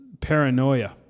paranoia